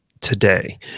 today